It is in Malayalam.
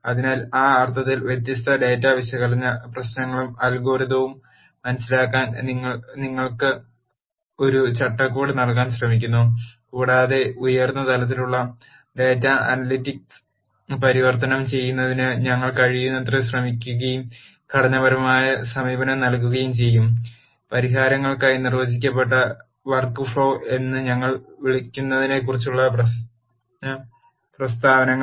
അതിനാൽ ആ അർത്ഥത്തിൽ വ്യത്യസ്ത ഡാറ്റാ വിശകലന പ്രശ്നങ്ങളും അൽഗോരിതംസും മനസിലാക്കാൻ നിങ്ങൾ നിങ്ങൾക്ക് ഒരു ചട്ടക്കൂട് നൽകാൻ ശ്രമിക്കുന്നു കൂടാതെ ഉയർന്ന തലത്തിലുള്ള ഡാറ്റ അനലിറ്റിക് പരിവർത്തനം ചെയ്യുന്നതിന് ഞങ്ങൾ കഴിയുന്നത്ര ശ്രമിക്കുകയും ഘടനാപരമായ സമീപനം നൽകുകയും ചെയ്യും പരിഹാരങ്ങൾക്കായി നിർവചിക്കപ്പെട്ട വർക്ക്ഫ്ലോ എന്ന് ഞങ്ങൾ വിളിക്കുന്നതിനെക്കുറിച്ചുള്ള പ്രശ്ന പ്രസ്താവനകൾ